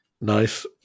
nice